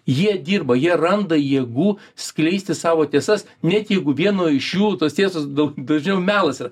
jie dirba jie randa jėgų skleisti savo tiesas net jeigu vieno iš jų tos tiesos daug dažniau melas yra